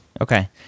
Okay